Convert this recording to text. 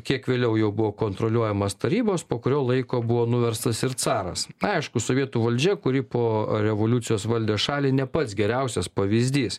kiek vėliau jau buvo kontroliuojamas tarybos po kurio laiko buvo nuverstas ir caras aišku sovietų valdžia kuri po revoliucijos valdė šalį ne pats geriausias pavyzdys